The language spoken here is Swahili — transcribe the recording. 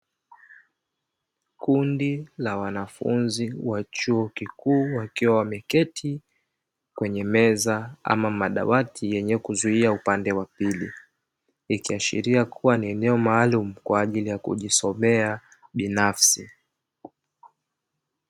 Kundi la wanafunzi wa chuo kikuu wakiwa wameketi kwenye meza ama madawati yenye kuzuia upande wa pili, ikiashiria kuwa ni eneo maalumu kwa ajili ya kujisomea binafsi.